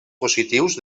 positius